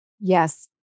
Yes